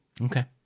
Okay